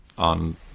On